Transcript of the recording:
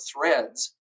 threads